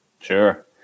Sure